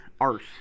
Arse